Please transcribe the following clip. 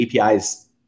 APIs